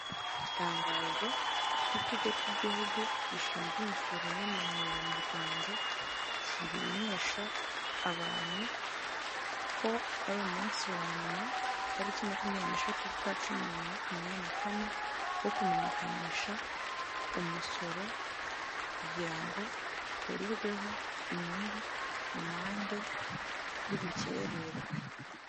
Itangazo ry'ikigo cy'igihugu gishinzwe imisoro n'amahoro mu Rwanda, kimenyesha abantu ko ari umunsi wa nyuma, itariki makumyabiri n'eshatu z'ukwa cumi bibiri na makumyabiri na kane wo kumenyekanisha umusoro kugira ngo ukurirweho inyungu, amande y'ubukererwe.